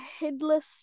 headless